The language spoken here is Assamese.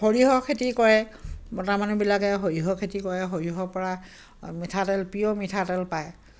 সৰিয়হৰ খেতি কৰে মতা মানুহবিলাকে সৰিয়হ খেতি কৰে সৰিয়হৰপৰা মিঠাতেল পিয়ৰ মিঠাতেল পায়